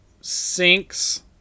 sinks